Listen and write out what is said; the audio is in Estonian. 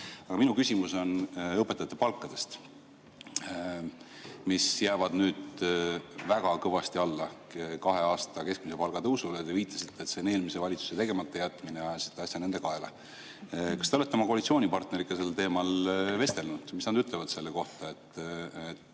minu küsimus on õpetajate palkadest, mis jäävad nüüd väga kõvasti alla kahe aasta keskmise palga tõusule. Te viitasite, et see on eelmise valitsuse tegematajätmine, ajasite asja nende kaela. Kas te olete oma koalitsioonipartneriga sel teemal vestelnud? Mis nad ütlevad selle kohta,